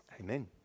Amen